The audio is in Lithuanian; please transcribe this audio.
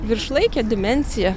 viršlaikę dimensiją